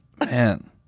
man